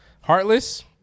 Heartless